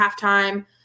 halftime